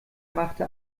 machte